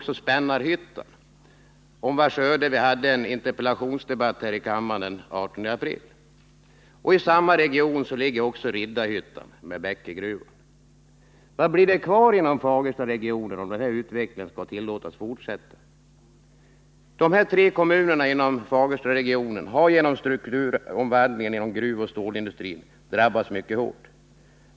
Spännarhyttan, om vars öde vi hade en interpellationsdebatt här i kammaren den 18 april. I samma region ligger också Riddarhyttan med Bäckegruvan. Vad blir det kvar inom Fagerstaregionen om den här utvecklingen skall tillåtas fortsätta? De tre kommunerna inom Fagerstaregionen har genom strukturomvandlingen inom gruvoch stålindustrin drabbats mycket hårt.